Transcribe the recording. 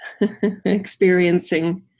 experiencing